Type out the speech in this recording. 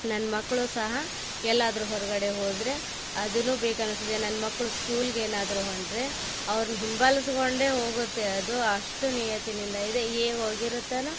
ನನ್ನ ಮಕ್ಕಳು ಸಹ ಎಲ್ಲಾದ್ರು ಹೊರಗಡೆ ಹೋದರೆ ಅದೂ ಬೇಕೆನಿಸ್ತದೆ ನನ್ನ ಮಕ್ಕಳು ಸ್ಕೂಲ್ಗೆ ಏನಾದ್ರು ಹೊರ್ಟ್ರೆ ಅವ್ರನ್ನ ಹಿಂಬಾಲಿಸಿಕೊಂಡೆ ಹೋಗುತ್ತೆ ಅದು ಅಷ್ಟು ನಿಯತ್ತಿನಿಂದ ಇದೆ ಹೇಗೆ ಹೋಗಿರುತ್ತೊ